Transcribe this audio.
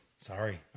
Sorry